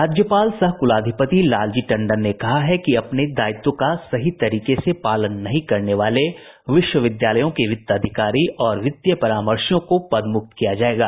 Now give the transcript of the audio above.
राज्यपाल सह कुलाधिपति लालजी टंडन ने कहा है कि अपने दायित्व का सही तरीके से पालन नहीं करने वाले विश्वविद्यालयों के वित्त अधिकारी और वित्तीय परामर्शियों को पद मुक्त किया जायेगा